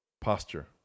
Posture